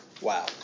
Wow